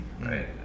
right